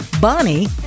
Bonnie